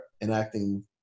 enacting